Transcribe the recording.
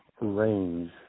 range